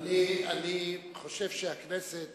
אני חושב שהכנסת